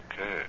Okay